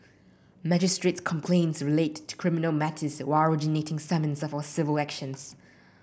magistrate's complaints relate to criminal matters while originating summons are for civil actions